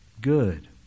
good